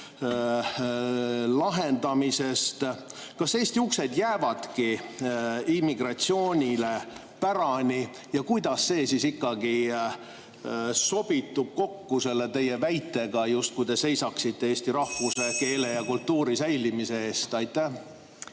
lahendamisest. Kas Eesti uksed jäävadki immigratsioonile pärani? Ja kuidas see sobitub kokku teie väitega, justkui te seisaksite eesti rahvuse, keele ja kultuuri säilimise eest? Aitäh!